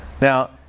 Now